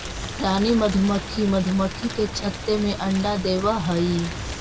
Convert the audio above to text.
रानी मधुमक्खी मधुमक्खी के छत्ते में अंडा देवअ हई